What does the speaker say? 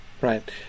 right